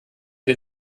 den